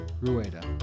Rueda